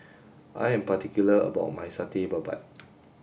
I am particular about my Satay Babat